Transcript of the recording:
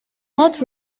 not